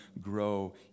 grow